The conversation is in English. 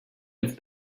have